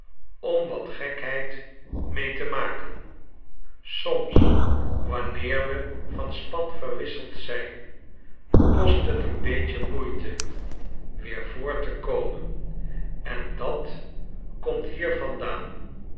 om wat gekheid mee te maken soms wanneer we van span verwisseld zijn kost het een beetje moeite weer voort tekomen en dat komt hier vandaan